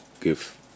give